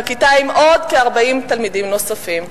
בכיתה עם כ-40 תלמידים נוספים.